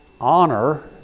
honor